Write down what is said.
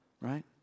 Right